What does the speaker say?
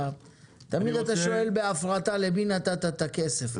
תמיד אתה שואל בהפרטה למי נתת את הכסף,